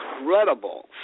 incredible